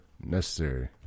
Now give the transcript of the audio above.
necessary